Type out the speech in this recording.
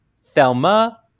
Thelma